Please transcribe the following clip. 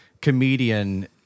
comedian